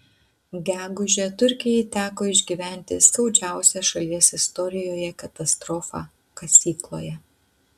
gegužę turkijai teko išgyventi skaudžiausią šalies istorijoje katastrofą kasykloje